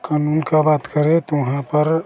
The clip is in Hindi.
क़ानून की बात करें तो वहाँ पर